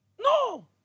No